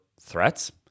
threats